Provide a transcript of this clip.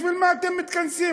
בשביל מה אתם מתכנסים?